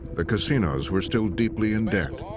the casinos were still deeply in debt.